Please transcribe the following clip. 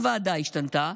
הוועדה השתנתה,